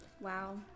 Wow